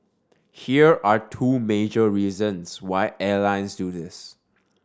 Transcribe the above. here are two major reasons why airlines do this